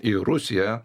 į rusiją